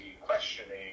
questioning